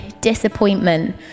disappointment